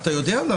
אתה יודע למה.